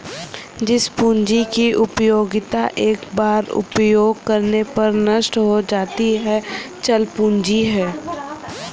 जिस पूंजी की उपयोगिता एक बार उपयोग करने पर नष्ट हो जाती है चल पूंजी है